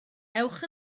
ewch